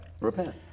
repent